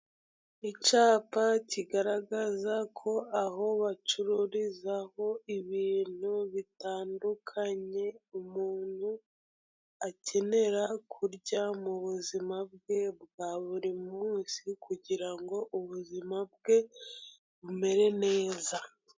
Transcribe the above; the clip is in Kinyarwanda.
Icyapa kigaragaza ko aho bacururizaho ibintu bitandukanye, umuntu akenera kurya mu buzima bwe bwa buri munsi, kugira ngo ubuzima bwe bumere neza.